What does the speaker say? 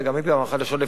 מהרגע להרגע.